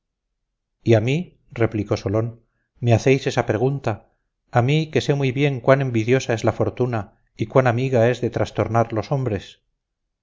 a mí replicó solón me hacéis esa pregunta a mí que sé muy bien cuán envidiosa es la fortuna y cuán amiga es de trastornar los hombres